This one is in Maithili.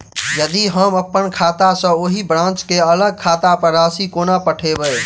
यदि हम अप्पन खाता सँ ओही ब्रांच केँ अलग खाता पर राशि कोना पठेबै?